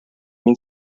мин